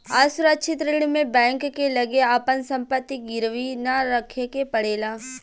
असुरक्षित ऋण में बैंक के लगे आपन संपत्ति गिरवी ना रखे के पड़ेला